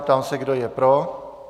Ptám se, kdo je pro.